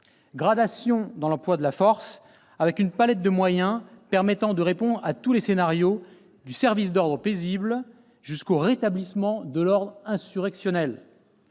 gradation dans l'emploi de la force avec une palette de moyens permettant de répondre à tous les scénarios, du service d'ordre paisible jusqu'au rétablissement de l'ordre insurrectionnel